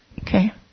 okay